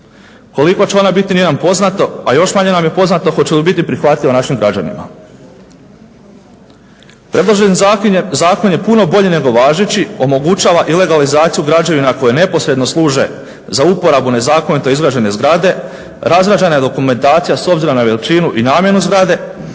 Koliko će ona biti nije nam poznato, a još manje nam je poznato hoće li biti prihvatljiva našim građanima. Preloženi zakon je puno bolji nego važeći, omogućava i legalizaciju građevina koje neposredno služe za uporabu nezakonito izgrađene zgrade. Razrađena je dokumentacija s obzirom na veličinu i namjenu zgrade,